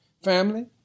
Family